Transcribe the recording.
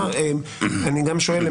אני גם שואל,